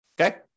okay